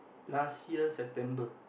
last year September